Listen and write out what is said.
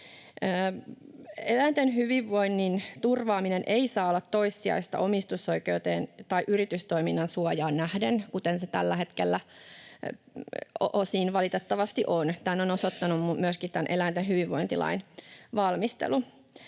Eläinten hyvinvoinnin turvaaminen ei saa olla toissijaista omistusoikeuteen tai yritystoiminnan suojaan nähden, kuten se tällä hetkellä osin valitettavasti on. Tämän on osoittanut myöskin eläinten hyvinvointilain valmistelu.